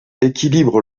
équilibre